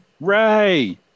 Ray